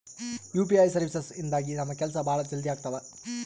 UPI services ಇಂದಾಗಿ ನಮ್ ಕೆಲ್ಸ ಭಾಳ ಜಲ್ದಿ ಅಗ್ತವ